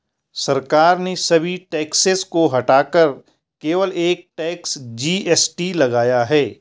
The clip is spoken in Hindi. सरकार ने सभी टैक्सेस को हटाकर केवल एक टैक्स, जी.एस.टी लगाया है